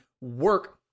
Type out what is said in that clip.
work